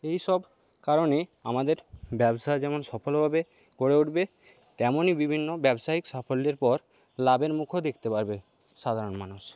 এইসব কারণে আমাদের ব্যবসা যেমন সফলভাবে গড়ে উঠবে তেমনই বিভিন্ন ব্যবসায়িক সাফল্যের পর লাভের মুখও দেখতে পারবে সাধারণ মানুষ